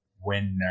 winner